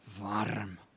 warm